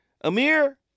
Amir